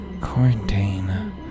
quarantine